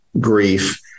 grief